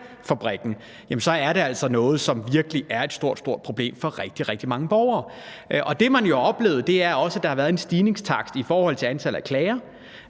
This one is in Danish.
så er det altså noget, som virkelig er et stort, stort problem for rigtig, rigtig mange borgere. Det, man jo har oplevet, er, at der har været en stigningstakst i forhold til antallet af klager.